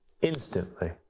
instantly